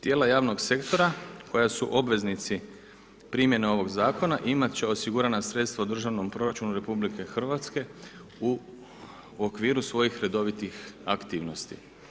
Tijela javnog sektora koja su obveznici primjene ovog zakona imat će osigurana sredstva u državnom proračunu RH u okviru svojih redovitih aktivnosti.